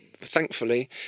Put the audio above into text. thankfully